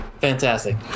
fantastic